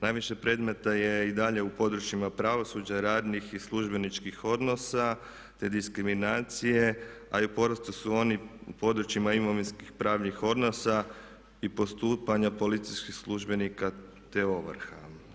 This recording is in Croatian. Najviše predmeta je i dalje u područjima pravosuđa, radnih i službeničkih odnosa te diskriminacije a i u porastu su oni u područjima imovinskih pravnih odnosa i postupanja policijskih službenika te ovrha.